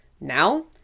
Now